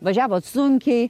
važiavot sunkiai